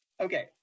Okay